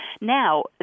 Now